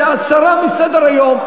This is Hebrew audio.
זה הסרה מסדר-היום.